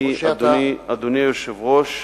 אדוני היושב-ראש,